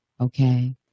okay